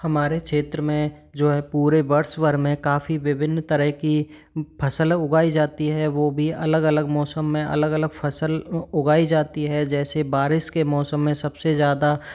हमारे क्षेत्र में जो है पूरे बर्ष भर में काफ़ी विभिन्न तरह की फसल उगाई जाती है वो भी अलग अलग मौसम में अलग अलग फसल उगाई जाती है जैसे बारिश के मौसम में सबसे ज़्यादा